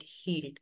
healed